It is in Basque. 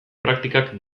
praktikak